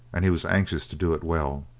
and he was anxious to do it well.